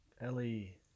Ellie